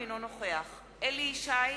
אינו נוכח אליהו ישי,